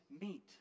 meet